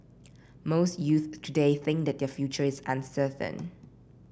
most youths today think that their future is uncertain